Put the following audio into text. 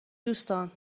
دوستان